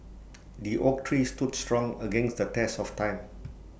the oak tree stood strong against the test of time